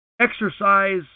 exercise